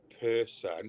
person